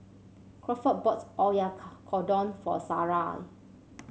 Crawford bought Oyakodon for Sarai